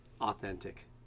authentic